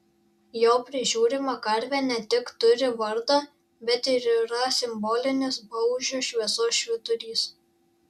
jo prižiūrima karvė ne tik turi vardą bet ir yra simbolinis baužio šviesos švyturys